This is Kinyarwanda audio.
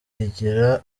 igira